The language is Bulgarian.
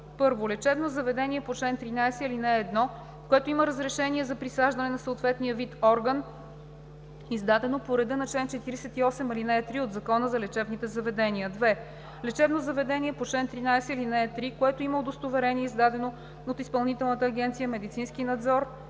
от: 1. лечебно заведение по чл. 13, ал. 1, което има разрешение за присаждане на съответния вид орган, издадено по реда на чл. 48, ал. 3 от Закона за лечебните заведения; 2. лечебно заведение по чл. 13, ал. 3, което има удостоверение, издадено от Изпълнителна агенция „Медицински надзор“